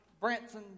Branson